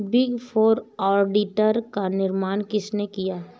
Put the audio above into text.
Big four auditor का निर्माण किसने किया?